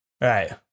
right